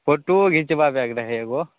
photo घिचबाबैके रहै एगो